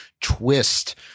twist